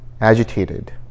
agitated